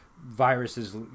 viruses